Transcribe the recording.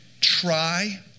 try